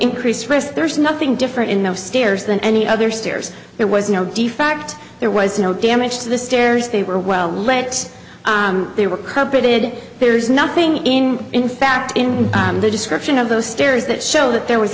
increased risk there's nothing different in those stairs than any other stairs there was no defect there was no damage to the stairs they were well let's they were corrupted there's nothing in in fact in the description of those stairs that show that there was